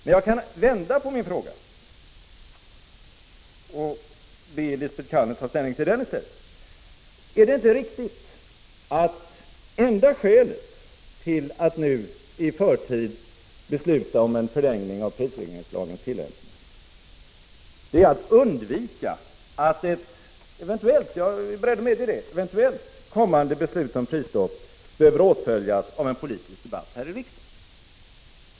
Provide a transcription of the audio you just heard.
Men jag kan vända på min fråga och be Lisbet Calner ta ställning till den i stället. Är det inte riktigt att enda skälet till att nu i förtid besluta om en förlängning av prisregleringslagens tillämpning är att man vill undvika att ett eventuellt — jag är beredd att medge det — kommande beslut om prisstopp behöver åtföljas av en politisk debatt här i riksdagen?